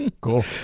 cool